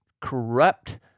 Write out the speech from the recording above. corrupt